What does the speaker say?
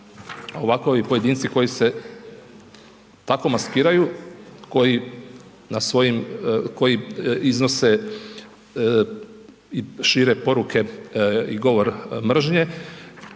ovako pojedinci koji se tako maskiraju koji na svojim, koji iznose i šire poruke i govor mržnje